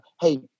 Hey